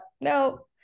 no